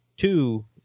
two